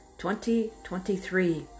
2023